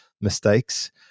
mistakes